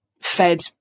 fed